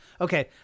Okay